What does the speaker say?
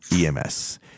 EMS